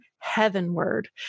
heavenward